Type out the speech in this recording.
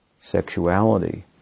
sexuality